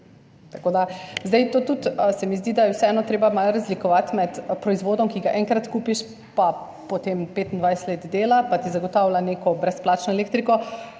uniji. Zdi se mi, da je vseeno treba malo razlikovati med proizvodom, ki ga enkrat kupiš in potem 25 let dela in ti zagotavlja neko brezplačno elektriko,